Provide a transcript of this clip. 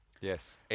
Yes